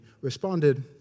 responded